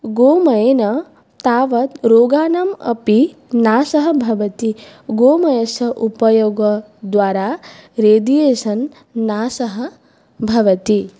गोमयेन तावत् रोगाणाम् अपि नाशः भवति गोमयस्य उपयोगद्वारा रेदियेशन् नाशः भवति